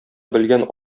белгән